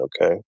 okay